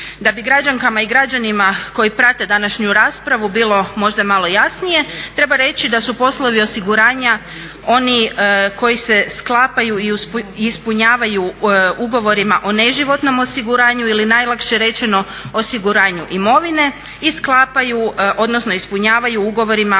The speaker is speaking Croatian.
Da bi građankama i građanima koji prate današnju raspravu bilo možda malo jasnije treba reći da su poslovi osiguranja oni koji se sklapaju i ispunjavaju ugovorima o neživotnom osiguranju ili najlakše rečeno osiguranju imovine i sklapaju, odnosno ispunjavaju ugovorima